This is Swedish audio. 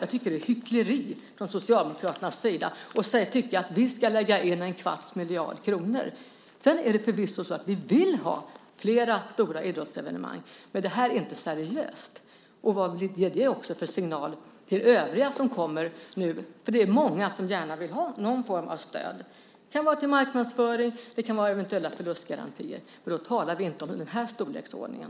Jag tycker att det är hyckleri från Socialdemokraternas sida att tycka att vi ska lägga in en kvarts miljard kronor. Det är förvisso så att vi vill ha flera stora idrottsevenemang, men det här är inte seriöst. Vad ger det för signal till övriga som nu kommer och vill ha någon form av stöd? Det kan vara till marknadsföring. Det kan vara eventuella förlustgarantier. Då talar vi inte om den här storleksordningen.